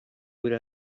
would